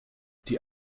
die